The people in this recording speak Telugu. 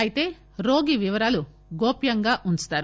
అయితే రోగి వివరాలు గోప్యంగా వుంచుతారు